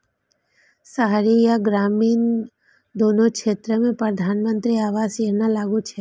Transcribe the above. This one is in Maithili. शहरी आ ग्रामीण, दुनू क्षेत्र मे प्रधानमंत्री आवास योजना लागू छै